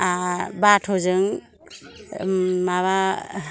बाथ'जों माबा